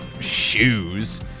shoes